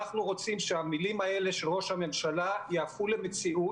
אנחנו רוצים שהמילים האלה של ראש הממשלה יהפכו למציאות,